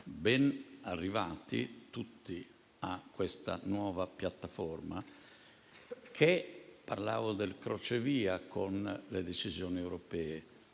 Ben arrivati tutti a questa nuova piattaforma che, parlando del crocevia con le decisioni europee,